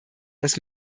dass